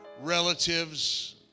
relatives